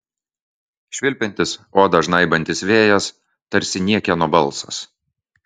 švilpiantis odą žnaibantis vėjas tarsi niekieno balsas